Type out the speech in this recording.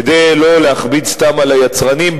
כדי שלא להכביד סתם על היצרנים,